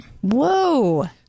Whoa